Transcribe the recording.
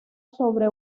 sobre